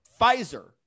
Pfizer